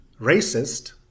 racist